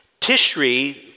Tishri